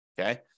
okay